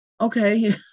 okay